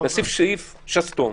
להוסיף סעיף שסתום.